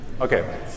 Okay